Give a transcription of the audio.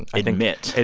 and admit. and